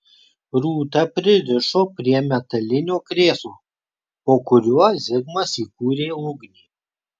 rūtą pririšo prie metalinio krėslo po kuriuo zigmas įkūrė ugnį